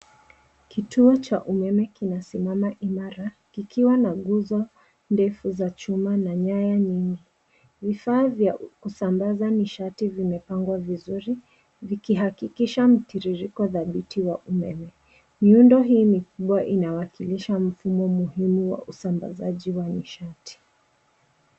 Kituo hiki cha umeme kina nguzo ndefu za chuma zenye nyaya nyingi zinazosaidia kusambaza umeme kwa usahihi. Vifaa vya usambazaji vimewekwa kwa mpangilio mzuri kuhakikisha mtiririko thabiti wa nishati. Miundo hii mikubwa ni sehemu muhimu sana ya mfumo wa usambazaji wa umeme unaowezesha vifaa na mashine kufanya kazi kwa ufanisi.